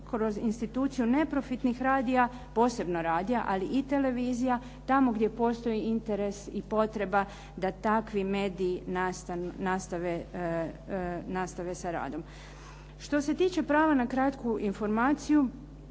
kroz instituciju neprofitnih radija, posebno radija, ali i televizija tamo gdje postoji interes i potreba da takvi mediji nastave sa radom. Što se tiče prava na kratku informaciju,